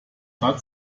hat